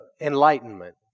enlightenment